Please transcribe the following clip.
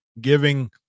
giving